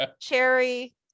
cherry